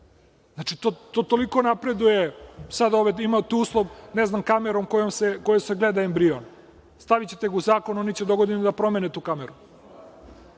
Znači, to sada toliko napreduje, sada imate uslov, ne znam kamerom kojom se gleda embrion. Stavićete ga u zakon i on će dogodine da promene tu kameru,